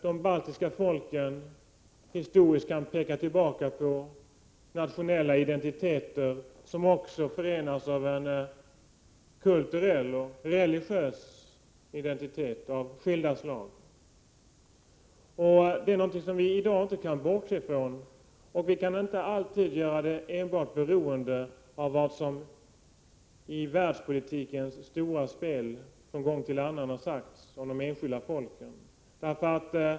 De baltiska folken kan historiskt visa tillbaka på en nationell identitet som också förenas med en kulturell och religiös identitet i skilda avseenden. Det är någonting som vi i dag inte kan bortse från. Vi kan inte alltid enbart göra vårt agerande beroende av vad som från gång till annan har sagts om de enskilda folken i världspolitikens stora spel.